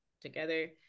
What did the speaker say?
together